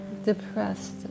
depressed